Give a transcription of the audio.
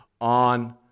on